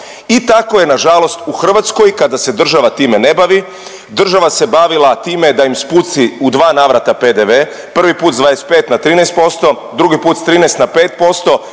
i tako je nažalost u Hrvatskoj kada se država time ne bavi, država se bavila time da im spusti u dva navrata PDV, prvi put s 25 na 13%, drugi put s 13 na 5%